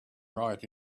right